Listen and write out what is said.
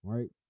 Right